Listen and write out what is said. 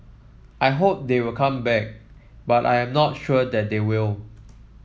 I hope they will come back but I am not sure that they will